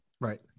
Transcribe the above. right